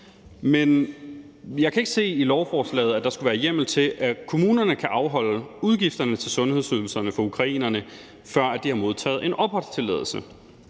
kan jeg ikke se, at der skulle være hjemmel til, at kommunerne kan afholde udgifterne til sundhedsydelserne for ukrainerne, før de har modtaget en opholdstilladelse.